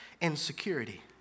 insecurity